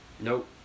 Nope